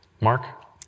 Mark